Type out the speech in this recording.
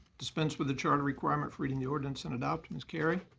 dispense with the charter requirement for reading the ordinance and adopt. ms. carry.